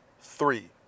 three